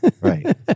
Right